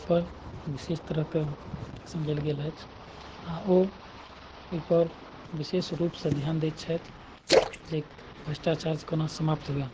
पर विशेष तरहके ऐक्शन लेल गेल अछि आ ओ ओहिपर विशेष रूपसँ ध्यान दैत छथि जे भ्रष्टाचार कोना समाप्त हुए